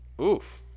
Oof